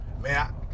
Man